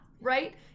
right